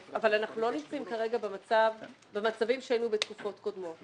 אבל אנחנו לא נמצאים כרגע במצבים בהם היינו בתקופות קודמות.